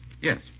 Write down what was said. Yes